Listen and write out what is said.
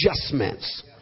adjustments